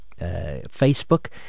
facebook